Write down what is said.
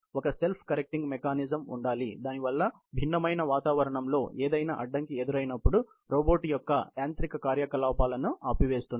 ఒక self correcting mechanism ఉండాలి దానివల్ల భిన్నమైన వాతావరణంలో ఏదయినా అడ్డంకి ఎదురైనప్పుడు రోబోట్ యొక్క యాంత్రిక కార్యకలాపాలను ఆపివేస్తుంది